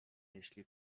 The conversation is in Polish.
jeśli